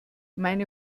meine